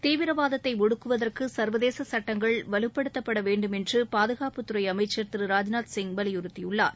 தீவிரவாதத்தை ஒடுக்குவதற்கு சர்வதேச சட்டங்கள் வலுப்படுத்தப்பட வேண்டும் என்று பாதுகாப்புத்துறை அமைச்சர் திரு ராஜ்நாத் சிங் வலியுறுத்தியுள்ளார்